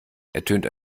ertönt